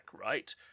right